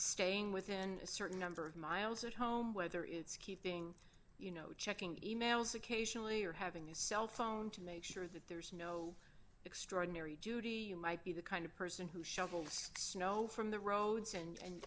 staying within a certain number of miles at home whether it's keeping you know checking emails occasionally or having a cell phone to make sure that there's no extraordinary duty you might be the kind of person who shovels snow from the roads and